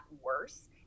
worse